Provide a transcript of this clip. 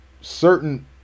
certain